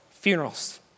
Funerals